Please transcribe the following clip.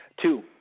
Two